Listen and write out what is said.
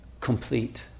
complete